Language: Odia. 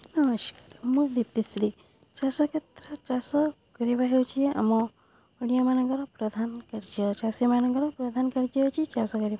ନମସ୍କାର ମୁଁ ଦୀତିଶ୍ରୀ ଚାଷ କ୍ଷେତ୍ର ଚାଷ କରିବା ହେଉଛିି ଆମ ଓଡ଼ିଆମାନଙ୍କର ପ୍ରଧାନ କାର୍ଯ୍ୟ ଚାଷୀମାନଙ୍କର ପ୍ରଧାନ କାର୍ଯ୍ୟ ହେଉଛି ଚାଷ କରିବା